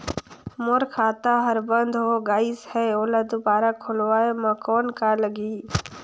मोर खाता हर बंद हो गाईस है ओला दुबारा खोलवाय म कौन का लगही?